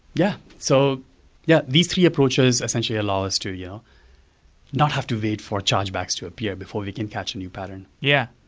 yeah so yeah, these three approaches essentially allow us to yeah not have to wait for chargebacks to appear before we can catch a new pattern. yeah.